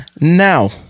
now